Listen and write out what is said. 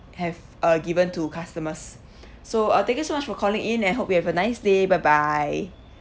have uh given to customers so uh thank you so much for calling in and I hope you have a nice day bye bye